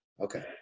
Okay